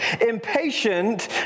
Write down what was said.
impatient